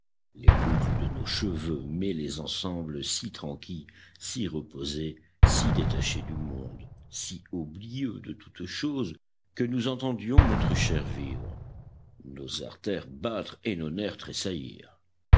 les boucles de nos cheveux mêlées ensemble si tranquilles si reposés si détachés du monde si oublieux de toute chose que nous entendions notre chair vivre nos artères battre et nos nerfs tressaillir